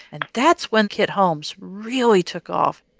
and that's when kit homes really took off.